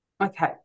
okay